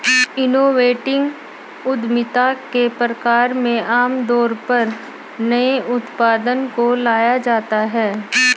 innovative उद्यमिता के प्रकार में आमतौर पर नए उत्पाद को लाया जाता है